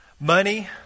money